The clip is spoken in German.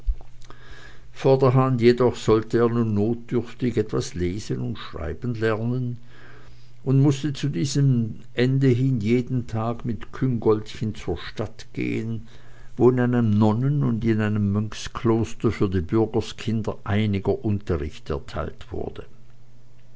vorderhand jedoch sollte er nun notdürftig etwas lesen und schreiben lernen und mußte zu diesem ende hin jeden tag mit küngoltchen zur stadt gehen wo in einem nonnen und in einem mönchskloster für die bürgerkinder einiger unterricht erteilt wurde